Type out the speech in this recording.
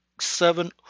seven